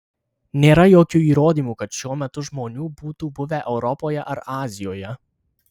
nėra jokių įrodymų kad šiuo metu žmonių būtų buvę europoje ar azijoje